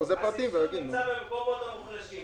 הסבסוד נמצא במקומות המוחלשים.